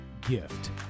Gift